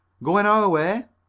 going our way?